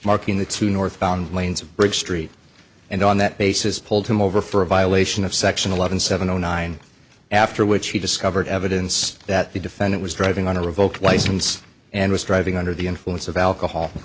marking the two northbound lanes of bridge street and on that basis pulled him over for a violation of section eleven seven o nine after which he discovered evidence that the defendant was driving on a revoked license and was driving under the influence of alcohol